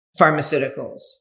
pharmaceuticals